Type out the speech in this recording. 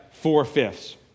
four-fifths